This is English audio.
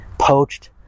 poached